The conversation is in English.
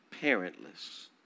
Parentless